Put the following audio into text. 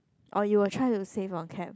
or you will try to save on cab